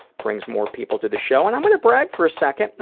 brings more people to the show, and i'm gonna brag for a second,